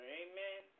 amen